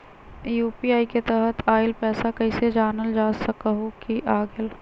UPI के तहत आइल पैसा कईसे जानल जा सकहु की आ गेल?